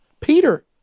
Peter